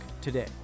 today